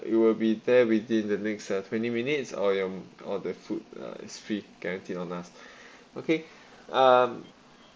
it will be there within the next uh twenty minutes or your or the food uh is free guaranteed on us okay um